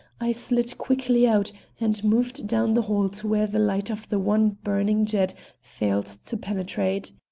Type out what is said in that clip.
i slid quickly out and moved down the hall to where the light of the one burning jet failed to penetrate.